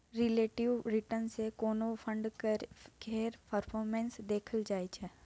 relative return सँ कोनो fund केर परफॉर्मेस देखल जाइ छै